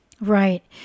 Right